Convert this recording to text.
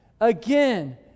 Again